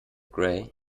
grey